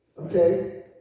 okay